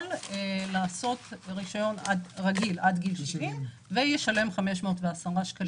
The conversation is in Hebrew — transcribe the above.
לעשות רישיון רגיל עד גיל 70 וישלם 510 שקלים.